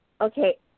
okay